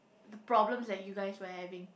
the problems that you guys were having